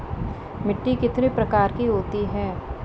मिट्टी कितने प्रकार की होती हैं?